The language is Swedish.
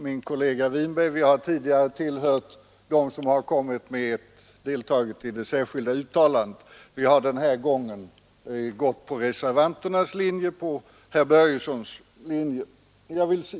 Min kollega herr Winberg och jag har tidigare tillhört dem som avgivit ett särskilt yttrande, men den här gången har vi anslutit oss till herr Börjessons linje.